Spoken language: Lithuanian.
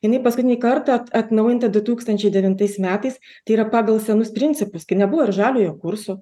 jinai paskutinį kartą at atnaujinta du tūkstančiai devintais metais tai yra pagal senus principus kai nebuvo ir žaliojo kurso